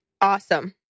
Awesome